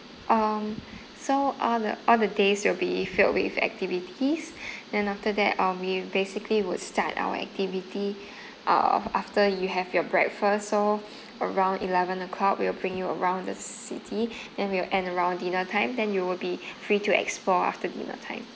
um so all the all the days will be filled with activities then after that um we basically would start our activity af~ after you have your breakfast so around eleven o'clock we'll bring you around the c~ city then we will end around dinner time then you will be free to explore after dinner time